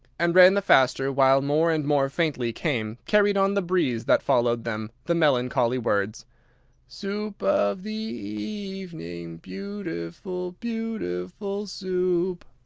and ran the faster, while more and more faintly came, carried on the breeze that followed them, the melancholy words soo oop of the e e evening, beautiful, beautiful soup!